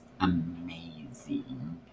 amazing